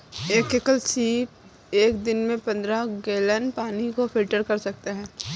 एक एकल सीप एक दिन में पन्द्रह गैलन पानी को फिल्टर कर सकता है